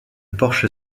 porche